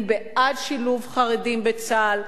אני בעד שילוב חרדים בצה"ל.